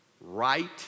right